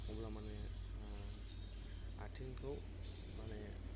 अब्ला माने आथिंखौ माने